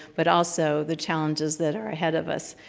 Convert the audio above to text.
but also the challenges that are ahead of us,